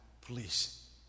please